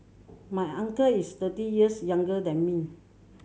my uncle is thirty years younger than me